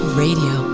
radio